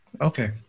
Okay